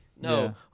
No